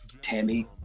Tammy